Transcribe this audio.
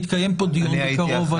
יתקיים פה דיון בקרוב.